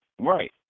Right